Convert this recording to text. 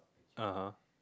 uh [huh]